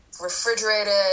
refrigerated